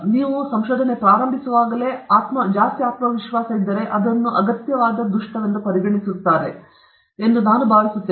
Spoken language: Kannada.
ನೀವು ಪ್ರಾರಂಭಿಸಬಾರದು ನಾವು ಅಗತ್ಯವಾದ ದುಷ್ಟವೆಂದು ಪರಿಗಣಿಸಲ್ಪಟ್ಟಿದೆ ಎಂದು ನಾನು ಭಾವಿಸುತ್ತೇನೆ